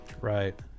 Right